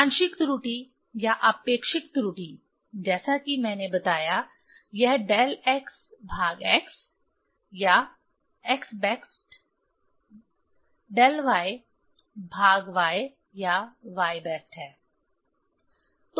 आंशिक त्रुटि या आपेक्षिक त्रुटि जैसा कि मैंने बताया यह डेल x भाग x या x बेस्ट डेल y भाग y या y बेस्ट है